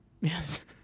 Yes